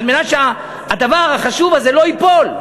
על מנת שהדבר החשוב הזה לא ייפול.